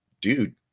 Dude